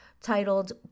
titled